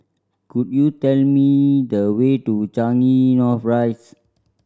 could you tell me the way to Changi North Rise